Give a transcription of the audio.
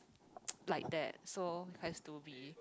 like that so has to be